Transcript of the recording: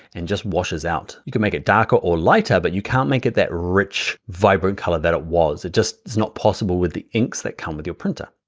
and just washes out. you can make it darker or lighter, but you can't make it that rich, vibrant color that it was. it just is not possible with the ink, inks that come with your printer.